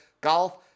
golf